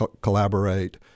Collaborate